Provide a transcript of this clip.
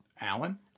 Alan